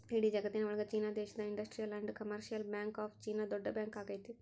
ಇಡೀ ಜಗತ್ತಿನ ಒಳಗ ಚೀನಾ ದೇಶದ industrial and commercial bank of China ದೊಡ್ಡ ಬ್ಯಾಂಕ್ ಆಗೈತೆ